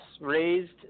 raised